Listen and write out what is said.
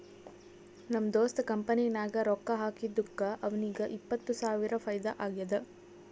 ನಮ್ ದೋಸ್ತ್ ಕಂಪನಿ ನಾಗ್ ರೊಕ್ಕಾ ಹಾಕಿದ್ದುಕ್ ಅವ್ನಿಗ ಎಪ್ಪತ್ತ್ ಸಾವಿರ ಫೈದಾ ಆಗ್ಯಾದ್